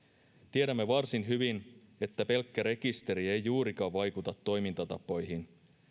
tiedämme varsin hyvin että pelkkä rekisteri ei juurikaan vaikuta toimintatapoihin